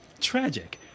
tragic